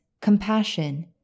compassion